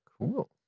cool